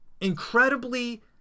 incredibly